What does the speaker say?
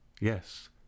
Yes